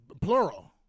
plural